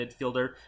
midfielder